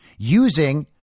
using